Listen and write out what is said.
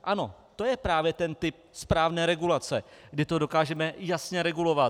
Ano, to je právě ten typ správné regulace, kdy to dokážeme jasně regulovat.